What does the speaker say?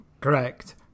Correct